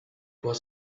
was